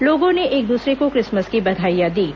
लोगों ने एक दूसरे को क्रिसमस की बधाइयां दीं